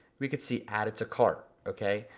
we could see added to cart, okay.